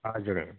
हजुर